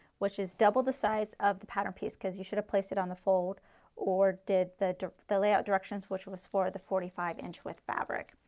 which is double the size of the pattern piece because you should have placed it on the fold or did the the layout directions which was for the forty five inch width fabric.